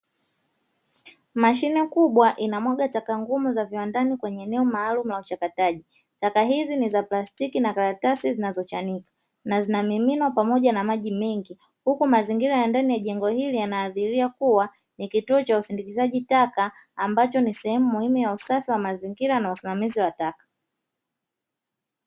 Mashine kubwa inamwaga taka ngumu za viwandani kwenye eneo maalumu la uchakataji, taka hizi ni za plastiki na karatasi zinazo chanika, na zina miminwa pamoja na maji mengi huku mazingira ya ndani ya jengo hili yanadhiria kuwa ni kituo cha usindikaji taka ambacho sehemu muhimu ya usafi wa mazingira na usimamizi wa taka.